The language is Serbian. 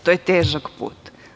To je težak put.